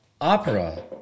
opera